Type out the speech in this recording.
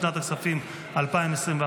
לשנת הכספים 2024,